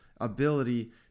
ability